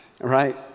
right